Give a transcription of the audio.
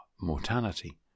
mortality